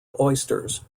oysters